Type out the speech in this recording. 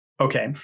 Okay